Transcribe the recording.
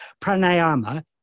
pranayama